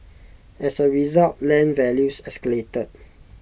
as A result land values escalated